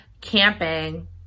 camping